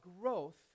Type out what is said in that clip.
growth